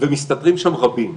ומסתתרים שם רבים.